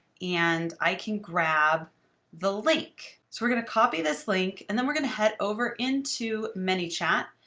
and i can grab the link. so we're going to copy this link. and then we're going to head over into manychat.